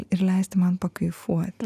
ir leisti man pakaifuot